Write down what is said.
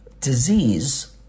disease